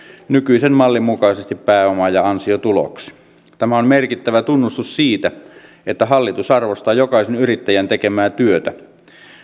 nykyisen mallin mukaisesti pääoma ja ansiotuloksi tämä on merkittävä tunnustus siitä että hallitus arvostaa jokaisen yrittäjän tekemää työtä